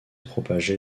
propager